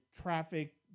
traffic